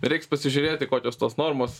reiks pasižiūrėti kokios tos normos